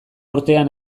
urtean